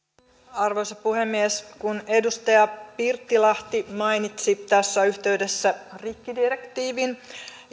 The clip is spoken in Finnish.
arvoisa puhemies kun edustaja pirttilahti mainitsi tässä yhteydessä rikkidirektiivin